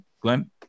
Glenn